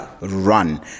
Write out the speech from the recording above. Run